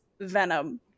Venom